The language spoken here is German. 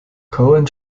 cohen